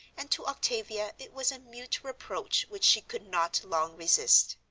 and to octavia it was a mute reproach which she could not long resist.